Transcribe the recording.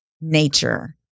nature